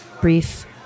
brief